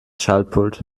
schaltpult